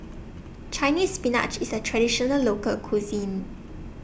Chinese Spinach IS A Traditional Local Cuisine